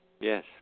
Yes